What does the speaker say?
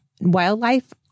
wildlife